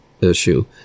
issue